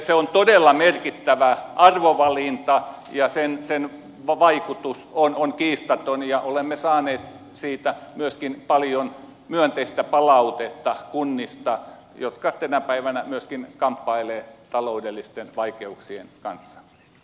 se on todella merkittävä arvovalinta ja sen vaikutus on kiistaton ja olemme saaneet siitä myöskin paljon myönteistä palautetta kunnista jotka tänä päivänä myöskin kamppailevat taloudellisten vaikeuksien kanssa